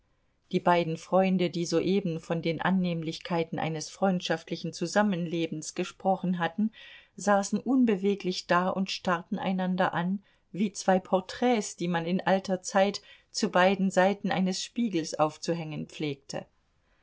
die beiden freunde die soeben von den annehmlichkeiten eines freundschaftlichen zusammenlebens gesprochen hatten saßen unbeweglich da und starrten einander an wie zwei porträts die man in alter zeit zu beiden seiten eines spiegels aufzuhängen pflegte